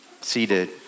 seated